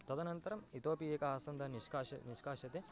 तदनन्तरम् इतोपि एकम् आसन्दं निष्कास्य निष्कास्यते